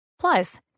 Plus